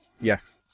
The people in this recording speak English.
yes